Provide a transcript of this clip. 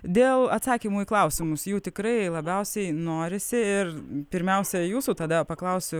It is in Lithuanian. dėl atsakymų į klausimus jų tikrai labiausiai norisi ir pirmiausia jūsų tada paklausiu